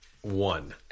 one